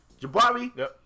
Jabari